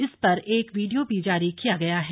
इस पर एक वीडियो भी जारी किया गया है